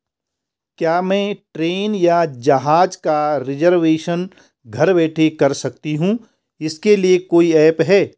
क्या मैं ट्रेन या जहाज़ का रिजर्वेशन घर बैठे कर सकती हूँ इसके लिए कोई ऐप है?